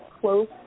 close